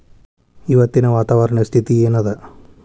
ಇವತ್ತಿನ ವಾತಾವರಣ ಸ್ಥಿತಿ ಏನ್ ಅದ?